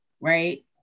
Right